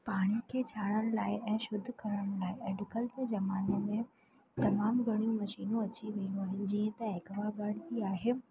पाणी खे छाणण लाइ ऐं शुद्ध करण लाइ अॼुकल्ह जे ज़माने में तमामु घणियूं मशीनियूं अची वियूं आहिनि जीअं त एक्वागार्ड बि आहे